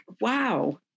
wow